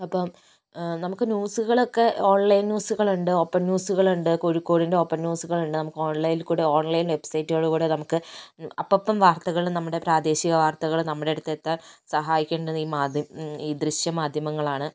അപ്പോൾ നമുക്ക് ന്യൂസുകളൊക്കെ ഓൺലൈൻ ന്യൂസുകളുണ്ട് ഓപ്പൺ ന്യൂസുകളുണ്ട് കോഴിക്കോടിൻ്റെ ഓപ്പൺ ന്യൂസുകളുണ്ട് നമ്മൾക്ക് ഓൺലൈനിൽക്കൂടി ഓൺലൈൻ വെബ്സൈറ്റുകളിൽക്കൂടി നമ്മൾക്ക് അപ്പപ്പോൾ വാർത്തകള് നമ്മുടെ പ്രാദേശിക വാർത്തകള് നമ്മുടെ അടുത്ത് എത്താൻ സഹായിക്കേണ്ടത് ഈ മാധ്യമ ഈ ദൃശ്യ മാധ്യമങ്ങളാണ്